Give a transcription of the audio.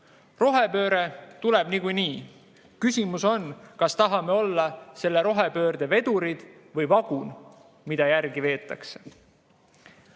Rohepööre tuleb niikuinii, küsimus on, kas tahame olla selle rohepöörde vedur või vagun, mida järel veetakse.